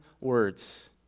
words